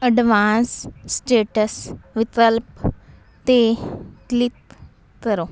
advance status ਵਿਕਲਪ 'ਤੇ click ਕਰੋ